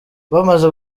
bamaze